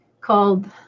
called